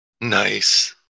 Nice